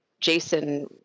Jason